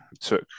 took